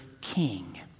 king